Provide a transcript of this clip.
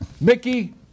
Mickey